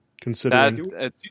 Considering